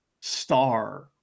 star